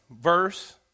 verse